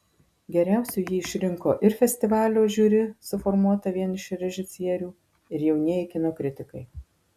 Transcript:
geriausiu jį išrinko ir festivalio žiuri suformuota vien iš režisierių ir jaunieji kino kritikai